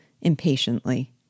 impatiently